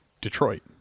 Detroit